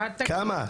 כמה?